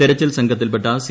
തെരച്ചിൽ സംഘത്തിൽപ്പെട്ട സി